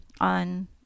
on